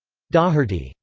daugherty.